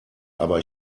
aber